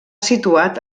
situat